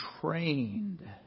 trained